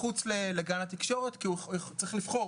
מחוץ לגן התקשורת כי הוא צריך לבחור,